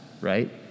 right